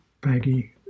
baggy